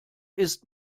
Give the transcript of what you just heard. ist